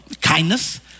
kindness